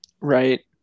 Right